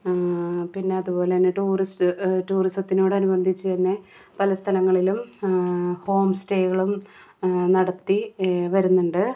പിന്നെ അതുപോലെ തന്നെ ടൂറിസ്റ്റ് ടൂറിസത്തിനോട് അനുബന്ധിച്ച് തന്നെ പല സ്ഥലങ്ങളിലും ഹോം സ്റ്റേകളും നടത്തി വരുന്നുണ്ട്